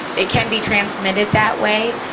it can be transmitted that way.